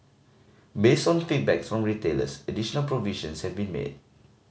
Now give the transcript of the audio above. based on feedbacks from retailers additional provisions have been made